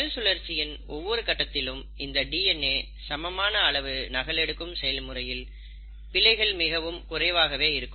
செல் சுழற்சியின் ஒவ்வொரு கட்டத்திலும் இந்த டிஎன்ஏ சமமான அளவு நகல் எடுக்கும் செயல்முறையில் பிழைகள் மிகவும் குறைவாகவே இருக்கும்